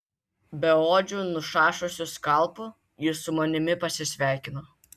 beodžiu nušašusiu skalpu jis su manimi pasisveikino